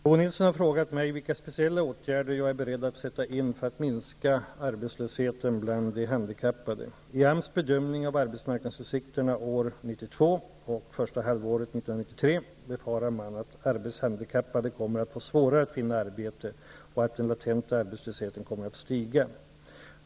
Herr talman! Bo Nilsson har frågat mig vilka speciella åtgärder jag är beredd att sätta in för att minska arbetslösheten bland de handikappade. 1992 och första halvåret 1993 befarar man att arbetshandikappade kommer att få svårare att finna arbete och att den latenta arbetslösheten kommer att stiga.